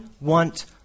want